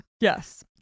Yes